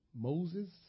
Moses